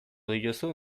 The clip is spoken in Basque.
dituzu